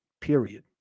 period